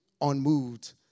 unmoved